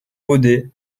poder